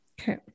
Okay